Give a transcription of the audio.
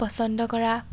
পচন্দ কৰা